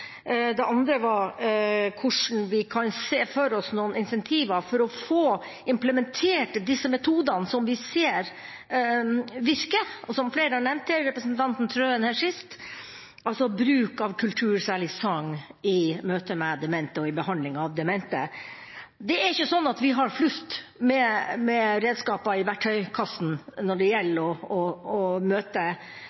Det andre gjaldt hvilke incentiver vi kan se for oss for å få implementert de metodene vi ser virker, som flere har nevnt, sist representanten Trøen – altså bruk av kultur, særlig sang, i møte med og behandling av demente. Det er ikke slik at vi har flust med redskaper i verktøykassen når det